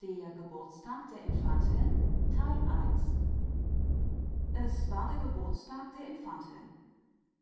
der geburtstag der infantin es war der geburtstag der infantin